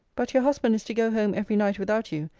but your husband is to go home every night without you,